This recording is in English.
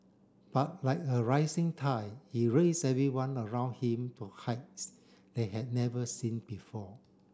but like a rising tide he raised everyone around him to heights they had never seen before